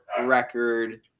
record